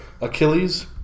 Achilles